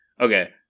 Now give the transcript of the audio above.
Okay